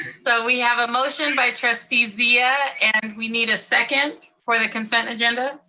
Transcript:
so we have a motion by trustee zia, and we need a second for the consent agenda.